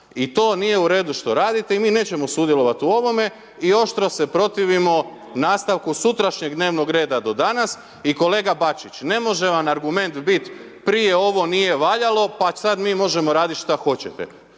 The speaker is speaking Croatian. I to nije u redu što radite i mi nećemo sudjelovati u ovome i oštro se protivimo nastavku sutrašnjeg dnevnog reda do danas i kolega Bačić, ne može vam argument biti, prije ovo nije valjalo pa sada mi možemo raditi šta hoćete.